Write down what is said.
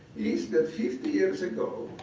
is that fifty years ago,